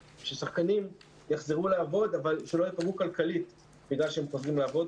ששחקנים יחזרו לעבוד אבל שלא ייפגעו כלכלית בגלל שהם צריכים לעבוד.